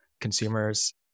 consumers